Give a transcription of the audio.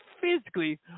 physically